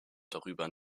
darüber